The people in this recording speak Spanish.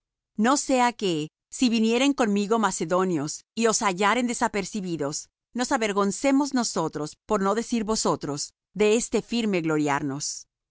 no sea que si vinieren conmigo macedonios y os hallaren desapercibidos nos avergoncemos nosotros por no decir vosotros de este firme gloriarnos por